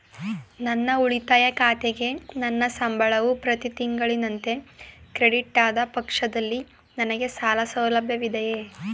ನನ್ನ ಉಳಿತಾಯ ಖಾತೆಗೆ ನನ್ನ ಸಂಬಳವು ಪ್ರತಿ ತಿಂಗಳಿನಂತೆ ಕ್ರೆಡಿಟ್ ಆದ ಪಕ್ಷದಲ್ಲಿ ನನಗೆ ಸಾಲ ಸೌಲಭ್ಯವಿದೆಯೇ?